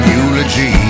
eulogy